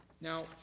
Now